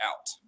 out